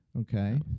okay